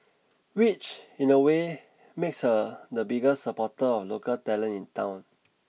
which in a way makes her the biggest supporter of local talent in town